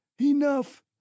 Enough